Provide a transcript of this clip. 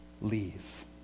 leave